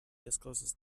discloses